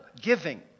giving